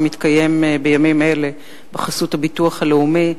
שמתקיים בימים אלה בחסות הביטוח הלאומי,